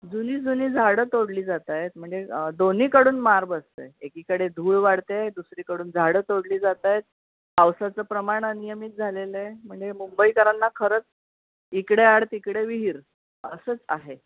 जुनी जुनी झाडं तोडली जात आहेत म्हणजे दोन्हीकडून मार बसत आहेत एकीकडे धूळ वाढते आहे दुसरीकडून झाडं तोडली जात आहेत पावसाचं प्रमाण अनियमित झालेलं आहे म्हणजे मुंबईकरांना खरंच इकडे आड तिकडे विहीर असंच आहे